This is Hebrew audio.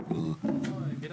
לקרוא, גלעד.